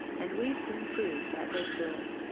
and we soon proved that they could.